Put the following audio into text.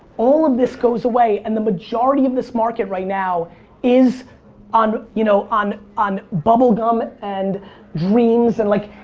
all of this goes away, and the majority of this market right now is on you know on on bubble gum and dreams and like,